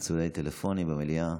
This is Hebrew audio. צלצולי טלפונים במליאה,